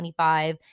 25